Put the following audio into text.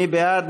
מי בעד?